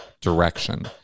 direction